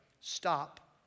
stop